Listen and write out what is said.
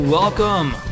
Welcome